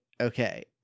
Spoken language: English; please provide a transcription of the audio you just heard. okay